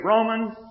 Romans